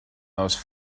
those